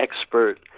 expert